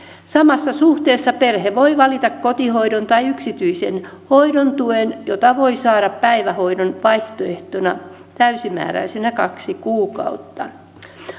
samassa suhteessa perhe voi valita kotihoidon tai yksityisen hoidon tuen jota voi saada päivähoidon vaihtoehtona täysimääräisenä kaksi kuukautta